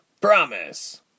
Promise